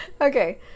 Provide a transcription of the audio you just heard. Okay